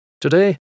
Today